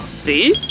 see?